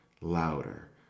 Louder